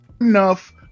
enough